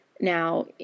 Now